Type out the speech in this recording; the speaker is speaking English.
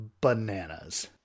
bananas